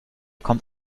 kommt